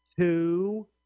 two